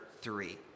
three